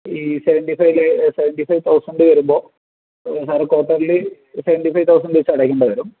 ഈ സെവൻ്റി ഫൈവിൽ seventy five thousand വരുമ്പോൾ sir quarterly seventy five thousand വച്ച് അടയ്ക്കേണ്ടി വരും